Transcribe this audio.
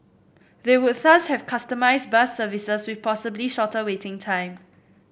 they would thus have customised bus services with possibly shorter waiting time